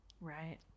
Right